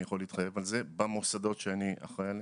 אני יכול להתחייב על זה במוסדות שאני אחראי עליהם.